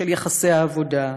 של יחסי העבודה,